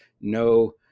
no